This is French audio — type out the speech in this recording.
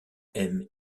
eme